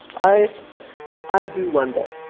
i i do wonder